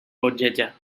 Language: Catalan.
bogeja